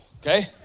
okay